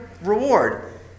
reward